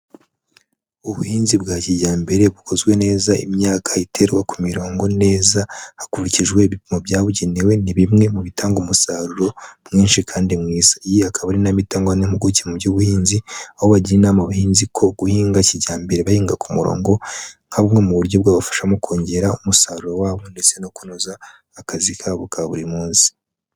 Ubuhinzi bwa kijyambere bukozwe neza imyaka iterwa ku mirongo neza, hakurikijwe ibipimo byabugenewe ni bimwe mu bitanga umusaruro mwinshi kandi mwiza. Iyi akaba ari inama itangwa n'impuguke mu by'ubuhinzi, aho bagira inama abahinzi ko guhinga kijyambere bahinga ku murongo, nka bumwe mu buryo bwabafasha mu kongera umusaruro wabo ndetse no kunoza akazi kabo ka buri munsi.